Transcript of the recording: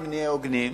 אם נהיה הוגנים,